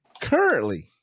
currently